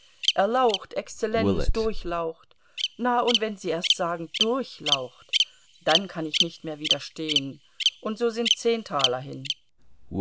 erlaucht exzellenz durchlaucht na und wenn sie erst sagen durchlaucht dann kann ich nicht mehr widerstehen und so sind zehn taler hin